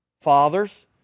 fathers